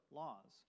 laws